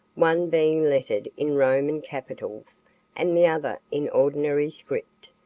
one being lettered in roman capitals and the other in ordinary script,